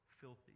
filthy